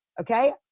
okay